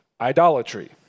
idolatry